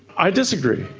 i disagree.